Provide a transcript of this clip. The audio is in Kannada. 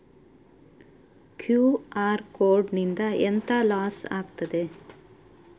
ಕ್ಯೂ.ಆರ್ ಕೋಡ್ ನಿಂದ ಎಂತ ಲಾಸ್ ಆಗ್ತದೆ?